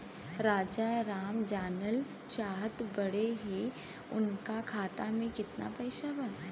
राजाराम जानल चाहत बड़े की उनका खाता में कितना पैसा बा?